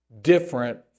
different